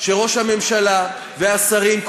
שראש הממשלה והשרים,